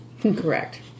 Correct